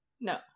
No